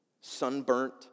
sunburnt